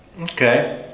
Okay